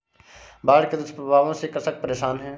बाढ़ के दुष्प्रभावों से कृषक परेशान है